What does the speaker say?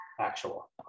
actual